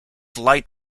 light